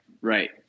Right